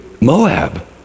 Moab